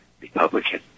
Republican